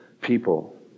people